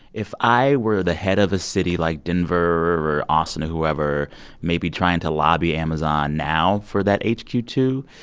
if i were the head of a city like denver or austin or whoever maybe trying to lobby amazon now for that h q two,